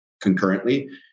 concurrently